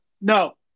no